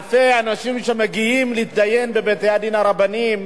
אלפי אנשים שמגיעים להתדיין בבתי-הדין הרבניים,